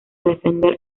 defender